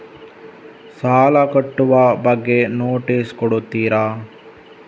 ಸಾಲ ಕಟ್ಟುವ ಬಗ್ಗೆ ನೋಟಿಸ್ ಕೊಡುತ್ತೀರ?